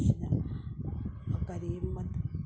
ꯀꯔꯤ